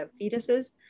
fetuses